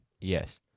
Yes